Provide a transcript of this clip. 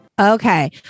Okay